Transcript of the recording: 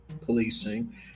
policing